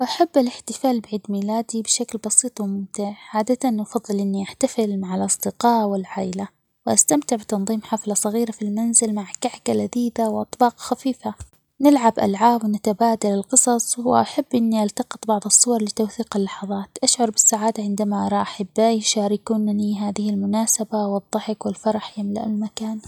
أحب الاحتفال بعيد ميلادي بشكل بسيط وممتع، عادةً أفضل إني أحتفل مع الأصدقاء والعايلة وأستمتع بتنظيم حفلة صغيرة في المنزل مع كعكة لذيذة وأطباق خفيفة، نلعب ألعاب ونتبادل القصص وأحب إني ألتقط بعض الصور لتوثيق اللحظات أشعر بالسعادة عندما أرى أحبائي يشاركونني هذه المناسبة والضحك والفرح يملأ المكان.